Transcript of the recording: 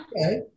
Okay